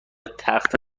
تخت